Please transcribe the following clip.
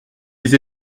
les